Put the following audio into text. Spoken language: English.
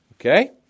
Okay